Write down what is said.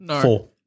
Four